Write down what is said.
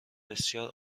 بسیار